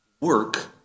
work